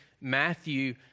Matthew